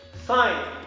sign